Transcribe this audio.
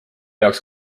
jaoks